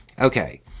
Okay